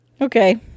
Okay